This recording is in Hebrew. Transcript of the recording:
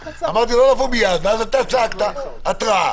ואז אתה צעקת: התראה.